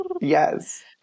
yes